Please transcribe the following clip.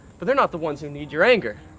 but they're not the ones who need your anger.